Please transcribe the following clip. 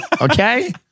Okay